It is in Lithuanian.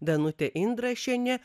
danutė indrašienė